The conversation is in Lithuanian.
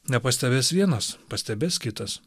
nepastebės vienas pastebės kitas